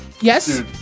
Yes